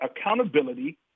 accountability